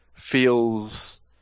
feels